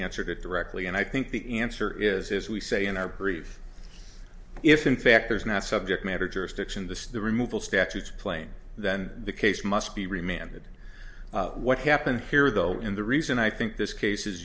answered it directly and i think the answer is as we say in our brief if in fact there is not subject matter jurisdiction the removal statutes plane then the case must be remanded what happened here though in the reason i think this case is